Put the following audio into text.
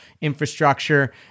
infrastructure